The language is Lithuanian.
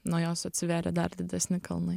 nuo jos atsivėrė dar didesni kalnai